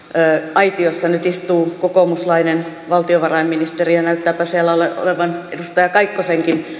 aitiossa nyt istuu kokoomuslainen valtiovarainministeri ja näyttääpä siellä olevan edustaja kaikkosenkin